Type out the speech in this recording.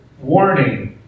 warning